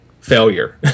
failure